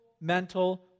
mental